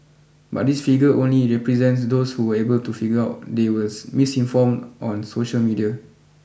but this figure only represents those who were able to figure out they were misinformed on social media